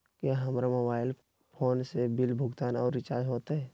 क्या हमारा mobile phone से बिल भुगतान और रिचार्ज होते?